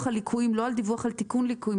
על ליקויים ולא על דיווח על תיקון ליקויים.